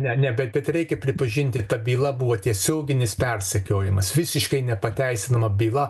ne nebent bet reikia pripažinti ta byla buvo tiesioginis persekiojimas visiškai nepateisinama byla